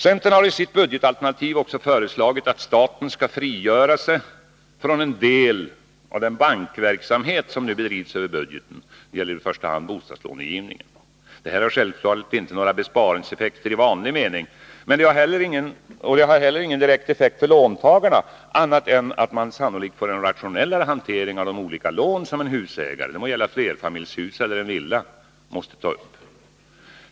Centern har i sitt budgetalternativ också föreslagit att staten skall frigöra sig från en del av den ”bankverksamhet” som nu bedrivs över budgeten. Det gäller i första hand bostadslånegivning. Detta har självfallet inte några besparingseffekter i vanlig mening. Det har inte heller direkt effekt för låntagarna annat än att man sannolikt får en rationellare hantering av de olika lån som en husägare — det må gälla flerfamiljshus eller villa — måste ta upp.